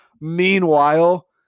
Meanwhile